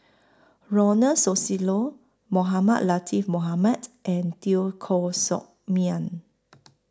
Ronald Susilo Mohamed Latiff Mohamed and Teo Koh Sock Miang